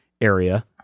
area